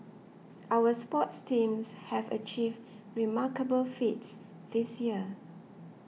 our sports teams have achieved remarkable feats this year